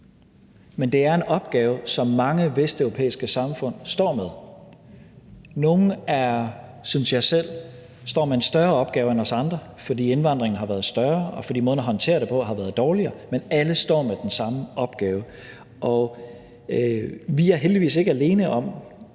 men det er en opgave, som mange vesteuropæiske samfund står med. Nogle står, synes jeg selv, med en større opgave end os andre, fordi indvandringen har været større, og fordi måden at håndtere det på har været dårligere, men alle står med den samme opgave. Vi er heldigvis ikke alene om